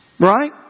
Right